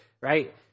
right